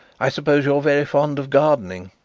i suppose you are very fond of gardening?